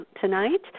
tonight